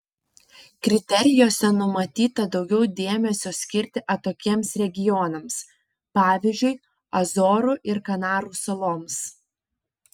kriterijuose numatyta daugiau dėmesio skirti atokiems regionams pavyzdžiui azorų ir kanarų saloms